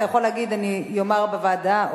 אתה יכול להגיד: אני אומר בוועדה,